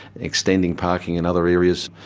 extending parking in other areas.